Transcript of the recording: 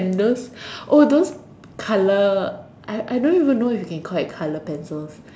and those those colour I I don't even know if you can collect colour pencils